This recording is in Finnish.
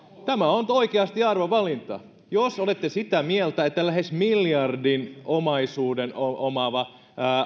tämä on oikeasti arvovalinta jos olette sitä mieltä että lähes miljardin omaisuuden omaava